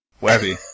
Webby